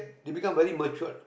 they become very matured